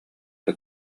эрэ